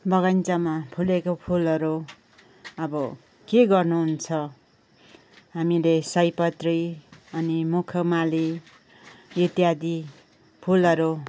बगैँचामा फुलेको फुलहरू अब के गर्नु हुन्छ हामीले सयपत्री अनि मखमली इत्यादि फुलहरू